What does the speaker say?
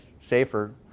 safer